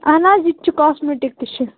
اَہَن حظ یہِ تہِ چھُ کاسمیٚٹِک تہِ چھُ